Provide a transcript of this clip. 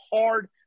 hard